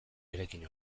eraikin